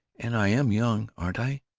and i am young, aren't i!